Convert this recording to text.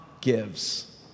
gives